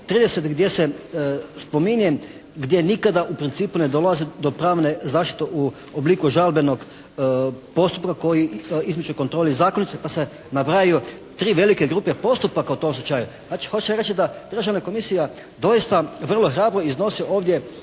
30 gdje se spominje gdje nikada u principu ne dolazi do pravne zaštite u obliku žalbenog postupka koji … /Ne razumije se./ … nabrajaju tri velike grupe postupaka u tom slučaju. Znači hoće reći da državna komisija doista vrlo hrabro iznosi ovdje